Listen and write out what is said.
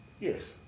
Yes